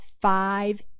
five